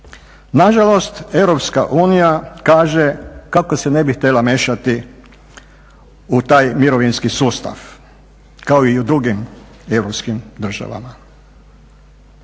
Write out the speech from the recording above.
Nažalost, EU kaže kako se ne bi htjela miješati u taj mirovinski sustav kao i u drugim europskim državama.